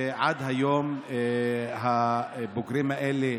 ועד היום הבוגרים האלה,